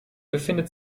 befindet